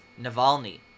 Navalny